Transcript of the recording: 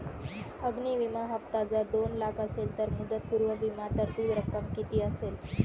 अग्नि विमा हफ्ता जर दोन लाख असेल तर मुदतपूर्व विमा तरतूद रक्कम किती असेल?